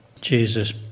Jesus